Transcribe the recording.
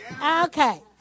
Okay